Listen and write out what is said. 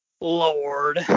Lord